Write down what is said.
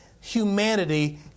humanity